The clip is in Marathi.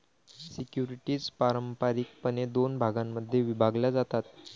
सिक्युरिटीज पारंपारिकपणे दोन भागांमध्ये विभागल्या जातात